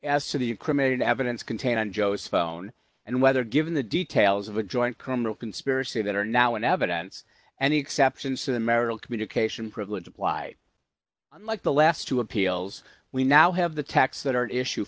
as to the incriminating evidence contained on joe's phone and whether given the details of a joint criminal conspiracy that are now in evidence and exceptions to the marital communication privilege applied unlike the last two appeals we now have the taxes that are issue